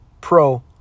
pro